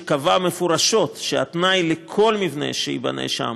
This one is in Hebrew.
שקבעה מפורשות שהתנאי לכל מבנה שייבנה שם